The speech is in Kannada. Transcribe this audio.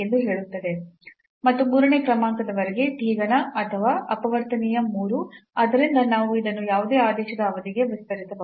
ಮತ್ತು ಮೂರನೇ ಕ್ರಮಾಂಕದವರೆಗೆ t ಘನ ಅಥವಾ ಅಪವರ್ತನೀಯ 3 ಆದ್ದರಿಂದ ನಾವು ಇದನ್ನು ಯಾವುದೇ ಆದೇಶದ ಅವಧಿಗೆ ವಿಸ್ತರಿಸಬಹುದು